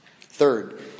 Third